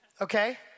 Okay